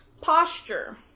Posture